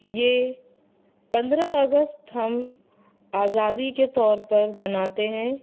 یہ پندرہ اگست ہم آزادی کے طور پر مناتے ہیں